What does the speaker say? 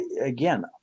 again